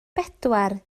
bedwar